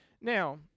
Now